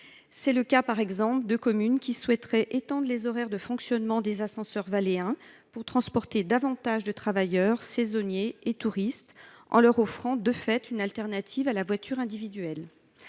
C’est le cas, par exemple, de communes savoyardes qui souhaiteraient étendre les horaires de fonctionnement des ascenseurs valléens pour transporter davantage de travailleurs, de saisonniers et de touristes en leur offrant, de fait, une solution de substitution à la voiture individuelle.